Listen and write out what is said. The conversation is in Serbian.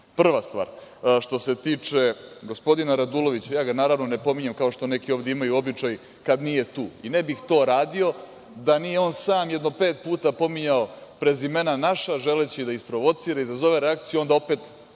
stvar, što se tiče gospodine Radulovića, ja ga naravno ne pominjem, kao što neki ovde imaju običaj, kad nije tu i ne bih to radio da nije on sam nekih pet puta pominjao prezimena naša, želeći da isprovocira, izazove reakciju, a onda opet,